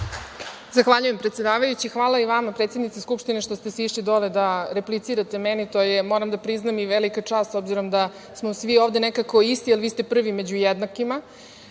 Zahvaljujem, predsedavajući. Hvala i vama predsednice Skupštine što ste sišli dole da replicirate meni. To je, moram da priznam, i velika čast, s obzirom da smo svi ovde nekako isti, ali vi ste prvi među jednakima.U